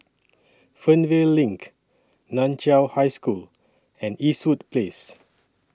Fernvale LINK NAN Chiau High School and Eastwood Place